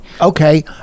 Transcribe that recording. Okay